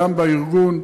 גם בארגון,